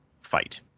fight